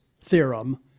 theorem